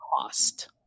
cost